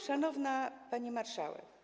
Szanowna Pani Marszałek!